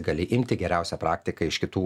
gali imti geriausią praktiką iš kitų